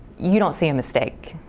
you don't see a mistake.